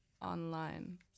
online